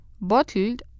bottled